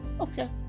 okay